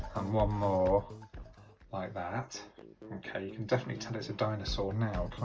one more like that okay, you can definitely tell it's a dinosaur now